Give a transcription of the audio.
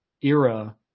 era